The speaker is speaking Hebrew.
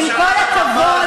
עם כל הכבוד,